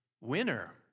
winner